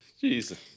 Jesus